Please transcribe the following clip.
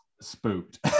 spooked